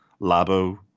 Labo